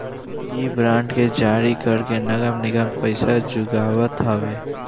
इ बांड के जारी करके नगर निगम पईसा जुटावत हवे